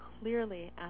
clearly